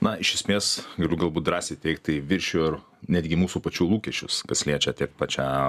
na iš esmės galiu galbūt drąsiai teigt tai viršijo ir netgi mūsų pačių lūkesčius kas liečia tiek pačią